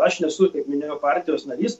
aš nesu kaip minėjau partijos narys